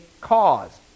cause